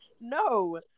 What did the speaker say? no